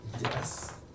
Yes